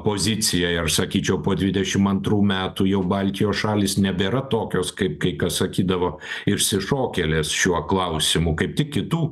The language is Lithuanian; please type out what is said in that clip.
pozicija ir sakyčiau po dvidešim antrų metų jau baltijos šalys nebėra tokios kaip kai kas sakydavo išsišokėlės šiuo klausimu kaip tik kitų